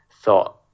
thought